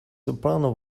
soprano